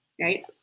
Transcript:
right